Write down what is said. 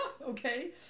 okay